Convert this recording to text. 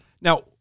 Now